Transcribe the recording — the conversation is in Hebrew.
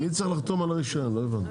מי צריך לחתום על הרישיון, לא הבנתי.